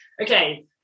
okay